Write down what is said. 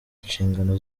inshingano